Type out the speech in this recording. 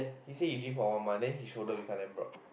he say he gym for one month then his shoulder become damn broad